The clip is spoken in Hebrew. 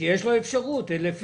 שתהיה אפשרות לבחור.